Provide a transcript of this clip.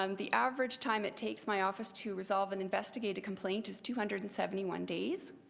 um the average time it takes my office to resolve an investigative complaint is two hundred and seventy one days